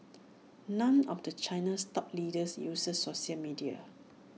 none of the China's top leaders uses social media